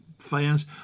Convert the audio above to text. fans